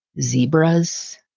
zebras